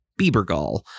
biebergall